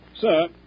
Sir